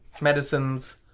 medicines